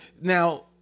now